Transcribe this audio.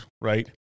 right